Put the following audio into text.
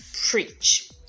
preach